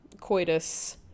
coitus